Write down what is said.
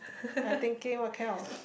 I thinking what kind of